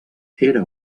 era